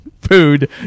food